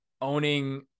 owning